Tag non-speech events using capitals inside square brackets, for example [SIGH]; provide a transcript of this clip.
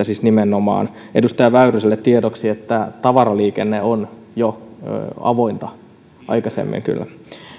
[UNINTELLIGIBLE] siis nimenomaan henkilöliikennettä edustaja väyryselle tiedoksi että tavaraliikenne on ollut avointa jo aikaisemmin kyllä